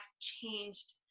changed